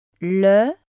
le